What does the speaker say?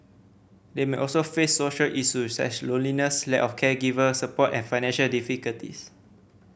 they may also face social issues such loneliness lack of caregiver support and financial difficulties